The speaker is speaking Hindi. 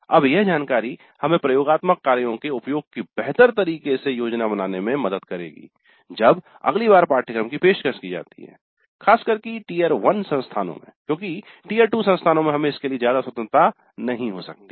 अब यह जानकारी हमें प्रयोगात्मक कार्यों के उपयोग की बेहतर तरीके से योजना बनाने में मदद करेगी जब अगली बार पाठ्यक्रम की पेशकश की जाती है खासकर टियर 1 संस्थानों में क्योंकि टियर 2 में हमें इसके लिए ज्यादा स्वतंत्रता नहीं हो सकती है